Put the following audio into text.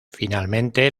finalmente